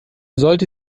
sollte